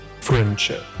Friendship